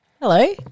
Hello